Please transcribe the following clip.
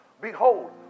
Behold